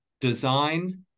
design